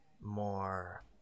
more